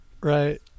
Right